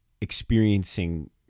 experiencing